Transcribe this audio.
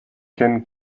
can